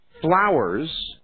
flowers